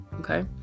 Okay